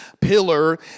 pillar